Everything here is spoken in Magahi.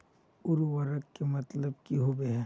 उर्वरक के मतलब की होबे है?